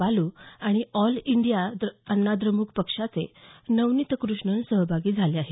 बालू आणि all India Anna द्रम्क पक्षाचे नवनीत कृष्णन सहभागी झाले आहेत